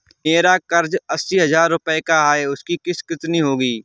मेरा कर्ज अस्सी हज़ार रुपये का है उसकी किश्त कितनी होगी?